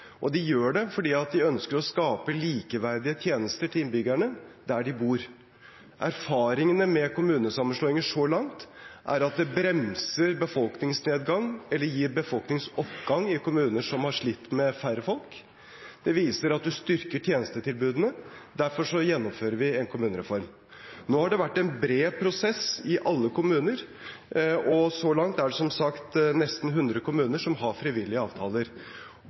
og de gjør det fordi de ønsker å skape likeverdige tjenester til innbyggerne der de bor. Erfaringene med kommunesammenslåinger så langt er at det bremser befolkningsnedgang eller gir befolkningsoppgang i kommuner som har slitt med færre folk, og det viser at du styrker tjenestetilbudene, og derfor gjennomfører vi en kommunereform. Nå har det vært en bred prosess i alle kommuner, og så langt er det, som sagt, nesten 100 kommuner som har frivillige avtaler.